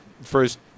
first